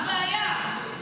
מה הבעיה?